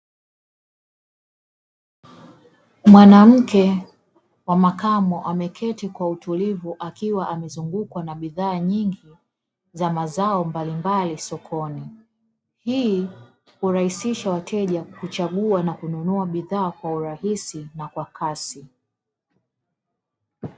Mwanamke wa makamo ameketi kwa utulivu akiwa anazungukwa na bidhaa nyingi za mazao mbalimbali sokoni, hii kurahisisha wateja kuchagua na kununua bidhaa kwa urahisi na kwa kasi.